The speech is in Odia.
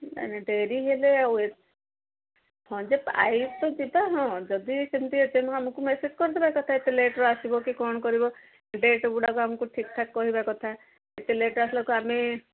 ନାହିଁ ଡେରି ହେଲେ ଆଉ ହଁ ଯେ ପାଇପ ଅଛି ତ ହଁ ଯିବା ହଁ ଯଦି ସେମିତି ଆମକୁ ମେସେଜ୍ କରିଦବା କଥା ଏତେ ଲେଟ୍ର ଆସିବ କି କ'ଣ କରିବ ଡେଟ୍ ଗୁଡ଼ାକ ଆମକୁ ଠିକ୍ ଠାକ୍ କହିବା କଥା ଏତେ ଲେଟ୍ରେ ଆସିଲାକୁ ଆମେ